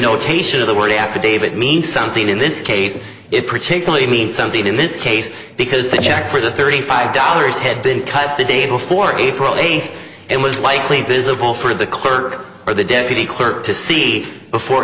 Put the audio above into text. notation of the word affidavit means something in this case it particularly means something in this case because the check for the thirty five dollars had been typed the day before april eighth and was likely visible for the clerk or the deputy clerk to see before